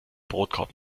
brotkorb